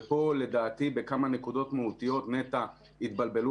וכאן לדעתי בכמה נקודות מהותיות נת"ע התבלבלו